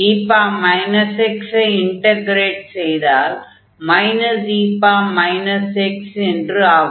e x ஐ integrate செய்தால் e x என்று ஆகும்